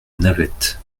navette